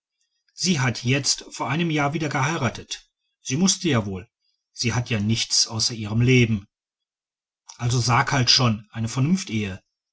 sie hat jetzt vor einem jahr wieder geheiratet sie mußte ja wohl sie hat ja nichts außer ihrem leben also sag halt schon eine vernunftehe